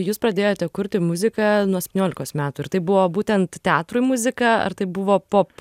jūs pradėjote kurti muziką nuo septyniolikos metų ir tai buvo būtent teatrui muzika ar tai buvo pop